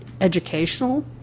educational